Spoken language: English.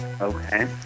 Okay